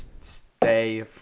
stay